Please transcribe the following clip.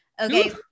Okay